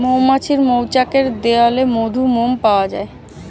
মৌমাছির মৌচাকের দেয়ালে মধু, মোম পাওয়া যায়